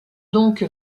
donc